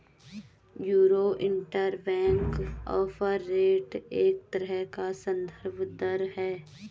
euro interbank offer rate एक तरह का सन्दर्भ दर है